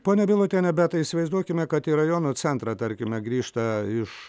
ponia bilotiene bet įsivaizduokime kad į rajono centrą tarkime grįžta iš